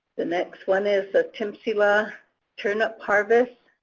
the next one is timpsila turnip harvest,